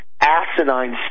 asinine